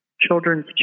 children's